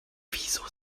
wieso